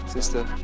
Sister